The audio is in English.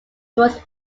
was